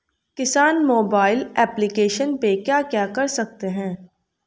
किसान mobile application पे क्या क्या कर सकते हैं?